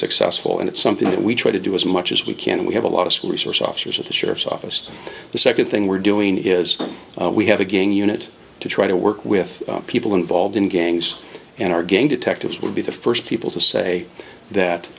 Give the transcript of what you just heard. successful and it's something that we try to do as much as we can and we have a lot of school resource officers at the sheriff's office the second thing we're doing is we have a gang unit to try to work with people involved in gangs and our gang detectives would be the first people to say that